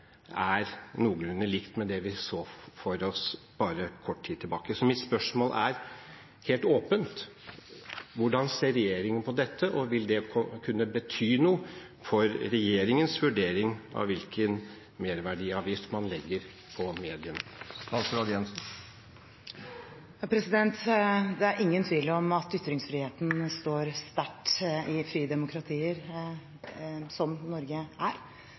er noenlunde likt med det vi så for oss for bare kort tid tilbake. Så mitt spørsmål er, helt åpent: Hvordan ser regjeringen på dette, og vil det kunne bety noe for regjeringens vurdering av hvilken merverdiavgift man legger på mediene? Det er ingen tvil om at ytringsfriheten står sterkt i frie demokratier, som Norge er.